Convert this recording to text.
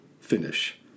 finish